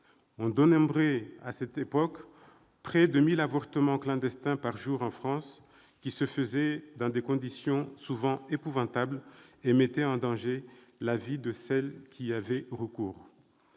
On dénombrait à cette époque près de 1 000 avortements clandestins par jour en France, dans des conditions souvent épouvantables, qui mettaient en danger la vie de celles qui avaient recours